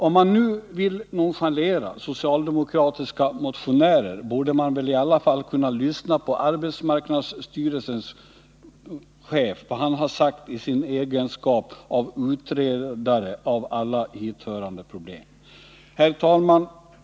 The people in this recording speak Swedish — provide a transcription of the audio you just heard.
Om man nu vill nonchalera socialdemokratiska motionärer borde man väl i alla fall kunna lyssna på vad arbetsmarknadsstyrelsens chef sagt i sin egenskap av utredare av alla hithörande problem. Herr talman!